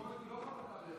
הביקורת היא לא דווקא עליך.